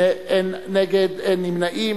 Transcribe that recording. אין נגד, אין נמנעים.